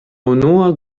unua